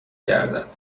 گردد